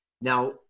Now